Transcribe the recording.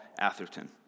atherton